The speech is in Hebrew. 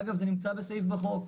אגב, זה נמצא בסעיף בחוק.